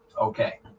Okay